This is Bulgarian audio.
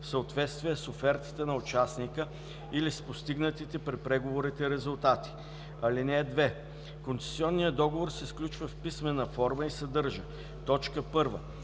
в съответствие с офертата на участника или с постигнатите при преговорите резултати. (2) Концесионният договор се сключва в писмена форма и съдържа: 1.